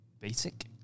basic